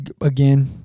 again